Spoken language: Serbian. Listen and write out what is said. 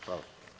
Hvala.